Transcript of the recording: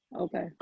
Okay